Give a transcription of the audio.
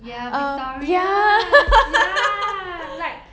ya victorious ya like